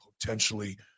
potentially –